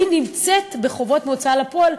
היא נמצאת בחובות בהוצאה לפועל,